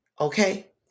Okay